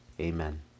Amen